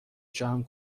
جمع